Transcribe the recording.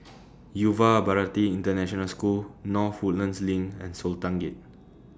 Yuva Bharati International School North Woodlands LINK and Sultan Gate